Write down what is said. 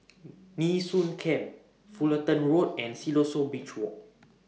Nee Soon Camp Fullerton Road and Siloso Beach Walk